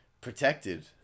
protected